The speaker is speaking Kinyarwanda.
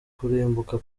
kurimbuka